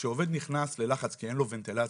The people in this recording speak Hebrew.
כשעובד נכנס ללחץ כי אין לו ונטילציה,